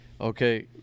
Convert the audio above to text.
Okay